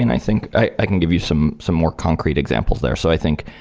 and i think i i can give you some some more concrete examples there. so i think,